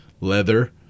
leather